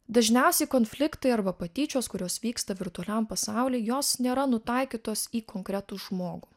dažniausiai konfliktai arba patyčios kurios vyksta virtualiam pasauly jos nėra nutaikytos į konkretų žmogų